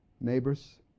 Neighbors